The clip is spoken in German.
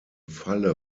falle